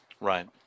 right